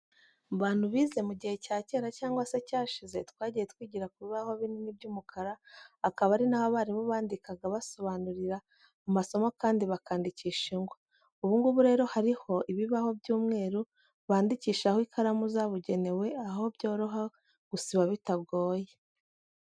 Mu bantu bize mu gihe cya kera cyangwa se cyashize twagiye twigira ku bibaho binini by'umukara akaba ari n'aho abarimu bandikaga basobanurira amasomo kandi bakandikisha ingwa. Ubu ngubu rero hariho ibibaho by'umweru bandikisha ho ikaramu zabugenewe aho byoroha gusiba bitagoye.